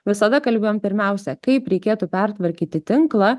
visada kalbėjom pirmiausia kaip reikėtų pertvarkyti tinklą